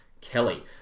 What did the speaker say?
Kelly